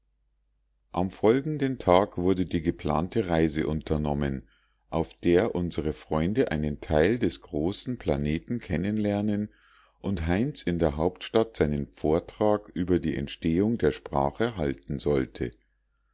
am folgenden tag wurde die geplante reise unternommen auf der unsere freunde einen teil des großen planeten kennen lernen und heinz in der hauptstadt seinen vortrag über die entstehung der sprache halten sollte